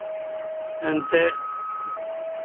ᱮᱱᱛᱮᱜ